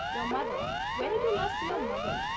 your mother when did you last see your mother?